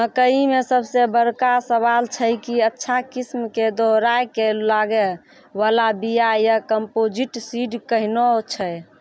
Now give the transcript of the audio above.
मकई मे सबसे बड़का सवाल छैय कि अच्छा किस्म के दोहराय के लागे वाला बिया या कम्पोजिट सीड कैहनो छैय?